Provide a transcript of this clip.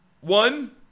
One